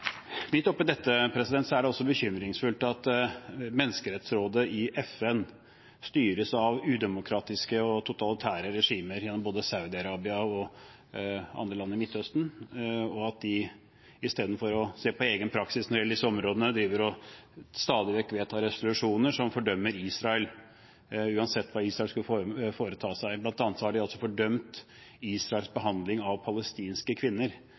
dette er det også bekymringsfullt at Menneskerettighetsrådet i FN styres av udemokratiske og totalitære regimer som Saudi-Arabia og andre land i Midtøsten, og at de istedenfor å se på egen praksis på disse områdene, stadig vekk vedtar resolusjoner som fordømmer Israel, uansett hva Israel skulle foreta seg. Blant annet har de altså fordømt Israels behandling av palestinske kvinner,